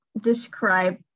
describe